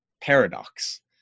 paradox